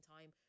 time